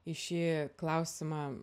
į šį klausimą